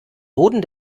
boden